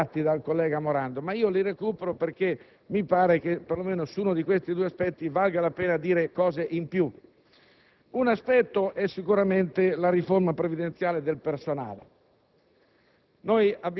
Un aspetto è quello della riforma previdenziale del personale.